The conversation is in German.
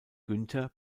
günther